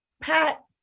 Pat